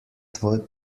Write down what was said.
tvoj